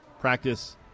practice